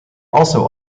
also